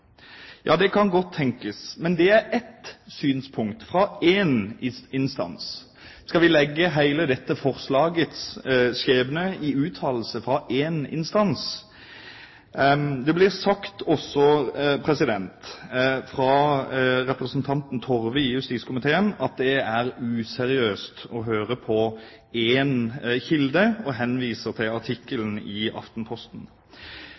Ja, det kan godt tenkes, men det er ett synspunkt fra én instans. Skal vi legge hele dette forslagets skjebne i en uttalelse fra én instans? Det blir også sagt fra representanten Torve i justiskomiteen at det er useriøst å høre på én kilde, og hun henviser til